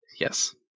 Yes